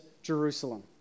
Jerusalem